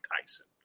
Tyson